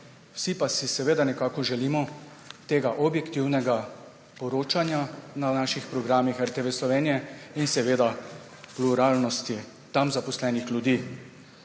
Vsi pa si seveda nekako želimo tega objektivnega poročanja na naših programih RTV Slovenija in seveda pluralnosti tam zaposlenih ljudi.